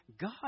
God